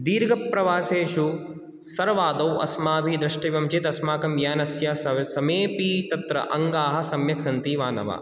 दीर्घप्रवासेषु सर्वादौ अस्माभिः दृष्टव्यं चेत् अस्माकं यानस्य स समेपि तत्र अङ्गाः सम्यक् सन्ति वा न वा